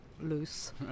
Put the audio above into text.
loose